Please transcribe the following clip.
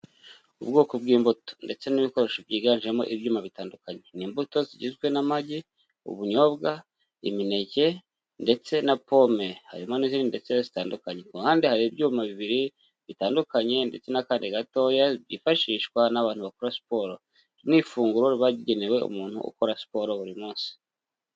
Ubwoko bw'imbuto. Ndetse n'ibikoresho byiganjemo ibyuma bitandukanye. Ni imbuto zigizwe n'amagi, ubunyobwa, imineke ndetse na pome. Harimo n'izindi ndetse rero zitandukanye. Ku ruhande hari ibyuma bibiri bitandukanye ndetse n'akandi gatoya byifashishwa n'abantu bakora siporo. Iri ni ifunguro riba rigenewe umuntu ukora siporo buri munsi.